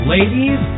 Ladies